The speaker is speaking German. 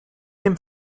dem